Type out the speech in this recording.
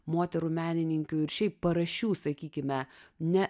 moterų menininkių ir šiaip paraščių sakykime ne